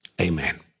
Amen